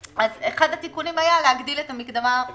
אחד התיקונים היה להגדיל את המקדמה ל-50%.